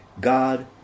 God